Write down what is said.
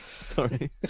Sorry